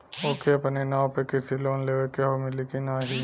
ओके अपने नाव पे कृषि लोन लेवे के हव मिली की ना ही?